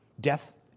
Death